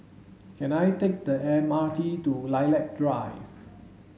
can I take the M R T to Lilac Drive